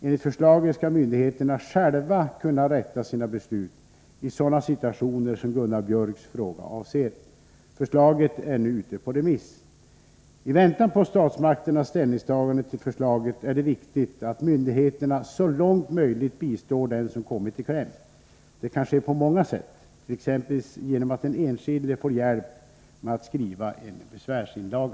Enligt förslaget skall myndigheterna själva kunna rätta sina beslut i sådana situationer som Gunnar Biörcks fråga avser. Förslaget är nu ute på remiss. I väntan på statsmakternas ställningstagande till förslaget är det viktigt att myndigheterna så långt möjligt bistår den som kommit i kläm. Det kan ske på många sätt t.ex. genom att den enskilde får hjälp med att skriva en besvärsinlaga.